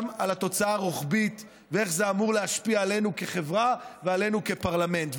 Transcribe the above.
על התוצאה הרוחבית ואיך זה אמור להשפיע עלינו כחברה ועלינו כפרלמנט.